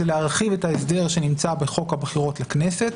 להרחיב את ההסדר שנמצא בחוק הבחירות לכנסת,